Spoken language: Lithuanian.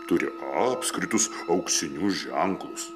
turi apskritus auksinius ženklus